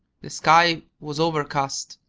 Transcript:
the sky was overcast.